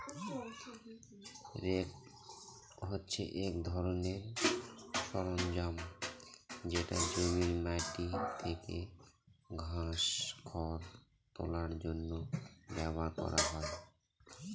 rake হছে এক ধরনের সরঞ্জাম যেটা জমির মাটি থেকে ঘাস, খড় তোলার জন্য ব্যবহার করা হয়